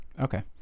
Okay